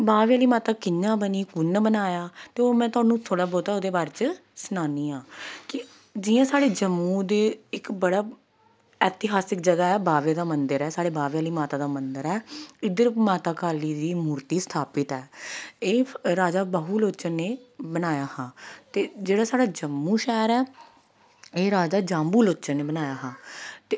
बाह्वे आह्ली माता कि'यां बनी कुन्नै बनाया ते ओह् में थुआनू ओह्दे बारे च थोह्ड़ा बौह्त सनानी आं ते कि जियां साढ़े जम्मू दे इक बड़ा ऐतिहासिक जगह् ऐ बाह्वे आह्ली माता दा मन्दर ऐ इद्धर माता काली दी मूर्ती स्थापत ऐ एह् राजा बहुलोचन ने बनाया हा ते जेह्ड़ा साढ़ा जम्मू शैह्र ऐ एह् राजा जाम्बू लोचन ने बनाया हा ते